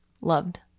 loved